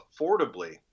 affordably